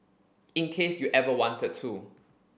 in case you ever wanted to